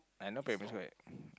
I no preference right